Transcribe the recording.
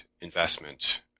investment